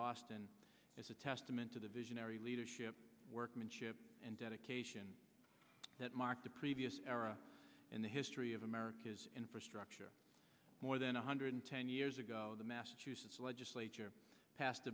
boston is a testament to the visionary leadership workmanship and dedication that marked the previous era in the history of america's infrastructure more than one hundred ten years ago the massachusetts legislature passed